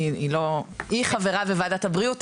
היא חברה בוועדת הבריאות,